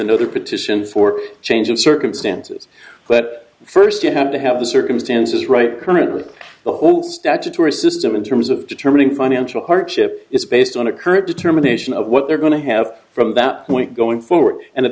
another petition for change of circumstances but first you have to have the circumstances right currently the whole statutory system in terms of determining financial hardship is based on a current determination of what they're going to have from that point going forward and at